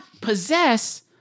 possess